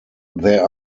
there